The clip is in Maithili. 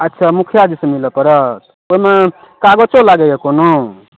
अच्छा मुखिया जीसँ मिलऽ पड़त ओहिमे कागचो लगैया कोनो